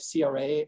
CRA